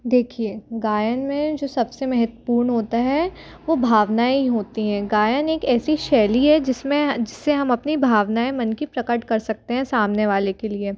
देखिए गायन में जो सबसे महत्वपूर्ण होता है वो भावनाऍं ही होती हैं गायन एक ऐसी शैली है जिसमें जिससे हम अपनी भावनाऍं मन की प्रकट कर सकते हैं सामने वाले के लिए